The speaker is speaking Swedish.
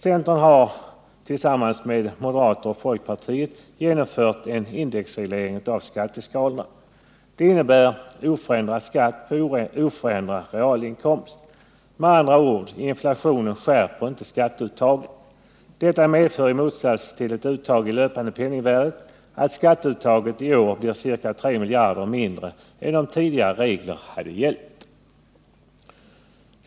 Centern har tillsammans med moderaterna och folkpartiet genomfört en indexreglering av skatteskalorna. Detta innebär oförändrad skatt på oförändrad realinkomst. Med andra ord inflationen skärper inte skatteuttaget. Detta medför i motsats till ett uttag i löpande penningvärde att skatteuttaget i år blir ca 3 miljarder mindre än om tidigare regler hade gällt.